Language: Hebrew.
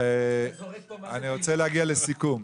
רוצה להגיע לסיכום.